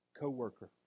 co-worker